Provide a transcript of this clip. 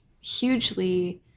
hugely